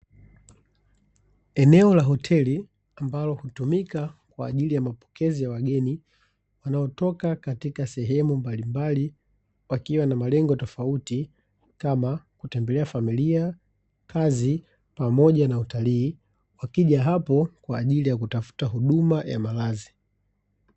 Eneo la hoteli ambalo hutumika kwa ajili ya mapokezi ya wageni wanaotoka katika sehemu mbalimbali wakiwa na malengo tofauti, kama: kutembea familia, kazi pamoja na utalii; wakija hapo kwa ajili ya kutafuta huduma ya malazi.